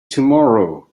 tomorrow